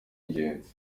ingenzi